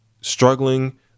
struggling